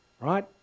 right